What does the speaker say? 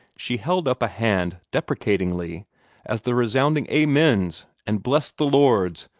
she held up a hand deprecatingly as the resounding amens! and bless the lords!